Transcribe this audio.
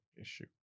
issue